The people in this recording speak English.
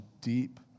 deep